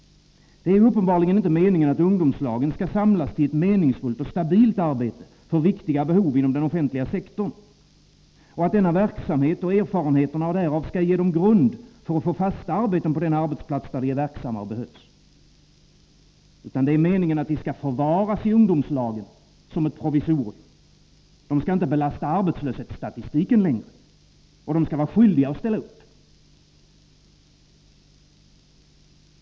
Det är uppenbarligen inte meningen att ungdomslagen skall samlas till ett meningsfullt och stabilt arbete för viktiga behov inom den offentliga sektorn samt att denna verksamhet och erfarenheterna därav skall ge ungdomarna en grund för att få fasta arbeten på den arbetsplats där de är verksamma och behövs. I stället är det meningen att de skall förvaras i ungdomslagen som ett provisorium. De skall inte längre belasta arbetslöshetsstatistiken, och de skall vara skyldiga att ställa upp.